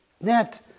net